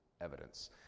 evidence